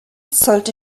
sollte